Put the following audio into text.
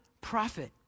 profit